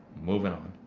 moving on.